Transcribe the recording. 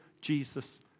Jesus